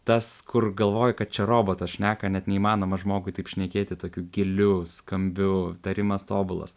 tas kur galvoji kad čia robotas šneka net neįmanoma žmogui taip šnekėti tokiu giliu skambiu tarimas tobulas